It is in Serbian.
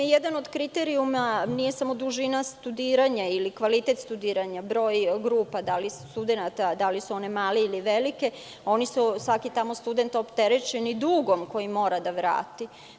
Jedan od kriterijuma, nije samo dužina studiranja ili kvalitet studiranja, broj grupa studenata, da li su one male ili velike, svaki student je tamo opterećen dugom koji mora da vrati.